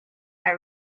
are